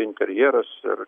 interjeras ir